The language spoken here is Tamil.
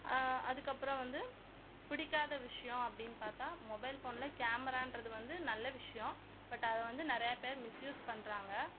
அதுக்கப்புறம் வந்து பிடிக்காத விஷயம் அப்படின்னு பார்த்தா மொபைல் ஃபோனில் கேமரான்றது வந்து நல்ல விஷயம் பட் அதை வந்து நிறையா பேர் மிஸ் யூஸ் பண்ணுறாங்க